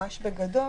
בגדול,